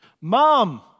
Mom